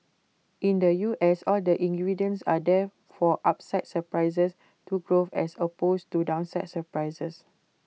in the U S all the ingredients are there for upside surprises to growth as opposed to downside surprises